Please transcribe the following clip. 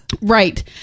Right